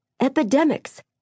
epidemics